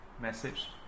message